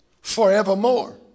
forevermore